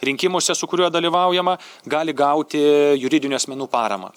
rinkimuose su kuriuo dalyvaujama gali gauti juridinių asmenų paramą